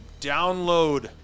download